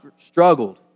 struggled